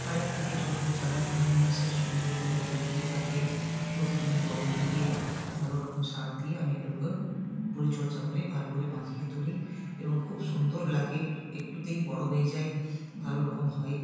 বাজার থেকে ছোটো ছোটো চারা নিয়ে এসে সুন্দর করে লাগিয়ে তাতে প্রতিদিন জল দিয়ে ভালো রকম সার দিয়ে আমি এগুলোকে পরিচর্যা করে ভালো করে বাঁচিয়ে তুলি এবং খুব সুন্দর লাগে একটুতেই বড় হয়ে যায় ভালো রকম হয়